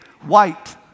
white